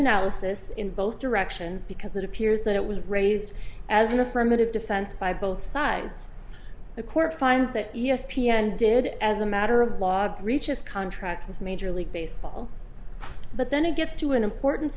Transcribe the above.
analysis in both directions because it appears that it was raised as an affirmative defense by both sides the court finds that e s p n did as a matter of law reaches contract with major league baseball but then it gets to an important